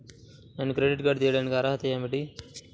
నేను credit card తీయడానికి అర్హత ఏమిటి?